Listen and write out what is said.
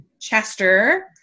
chester